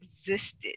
existed